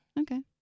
Okay